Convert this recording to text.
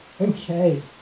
Okay